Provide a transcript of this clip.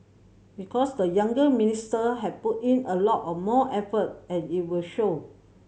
because the younger minister have put in a lot more effort and it will show